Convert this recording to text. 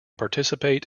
participate